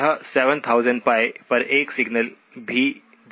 यह 7000π पर एक सिग्नल भी देगा ठीक है